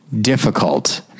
difficult